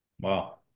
Wow